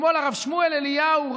אתמול הרב שמואל אליהו,